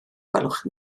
gwelwch